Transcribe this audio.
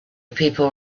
people